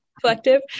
Collective